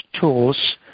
tools